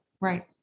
Right